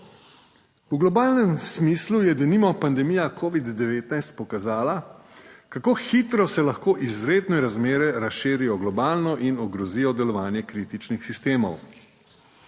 V globalnem smislu je denimo pandemija covid 19 pokazala, kako hitro se lahko izredne razmere razširijo globalno in ogrozijo delovanje kritičnih sistemov.